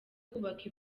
kubaka